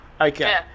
Okay